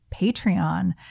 Patreon